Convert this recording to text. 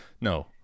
no